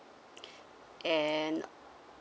and